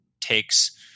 takes